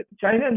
China